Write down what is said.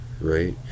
right